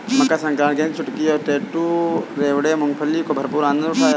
मकर सक्रांति के दिन चुटकी और टैटू ने रेवड़ी और मूंगफली का भरपूर आनंद उठाया